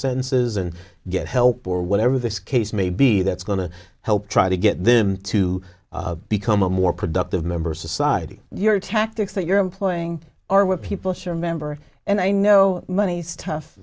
sentences and get help or whatever the case may be that's going to help try to get them to become a more productive member of society you're tactics that you're employing are where people share member and i know money's tough